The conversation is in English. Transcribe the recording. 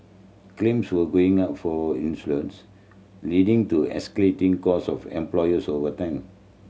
claims were going up for insurance leading to escalating cost of employers over time